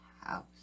house